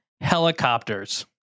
helicopters